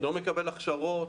לא מקבל הכשרות.